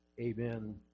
Amen